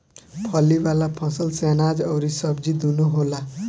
फली वाला फसल से अनाज अउरी सब्जी दूनो होला